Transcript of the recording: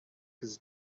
his